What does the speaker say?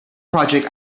project